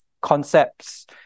concepts